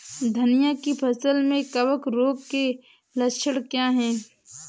धनिया की फसल में कवक रोग के लक्षण क्या है?